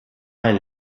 ein